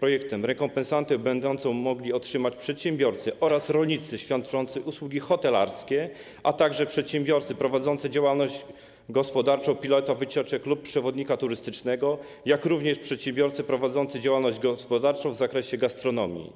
projektem rekompensatę będą mogli otrzymać przedsiębiorcy oraz rolnicy świadczący usługi hotelarskie, a także przedsiębiorcy prowadzący działalność gospodarczą jako piloci wycieczek lub przewodnicy turystyczni, jak również przedsiębiorcy prowadzący działalność gospodarczą w zakresie gastronomii.